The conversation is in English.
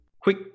Quick